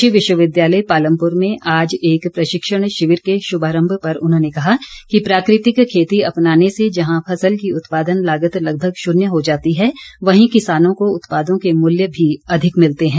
कृषि विश्वविद्यालय पालमपुर में आज एक प्रशिक्षण शिविर के शुभारम्भ पर उन्होंने कहा कि प्राकृतिक खेती अपनाने से जहां फसल की उत्पादन लागत लगभग शून्य हो जाती है वहीं किसानों को उत्पादों के मूल्य भी अधिक मिलते हैं